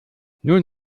nun